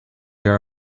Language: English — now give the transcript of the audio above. here